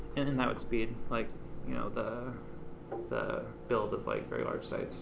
and then that would speed, like you know the the build of like, very large sites